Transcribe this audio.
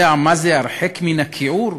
יודע מה זה "הרחק מן הכיעור"?